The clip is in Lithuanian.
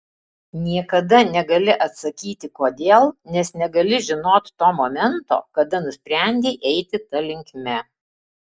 niekada negali atsakyti kodėl nes negali žinot to momento kada nusprendei eiti ta linkme